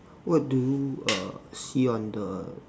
what do you uh see on the